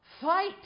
fight